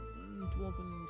dwarven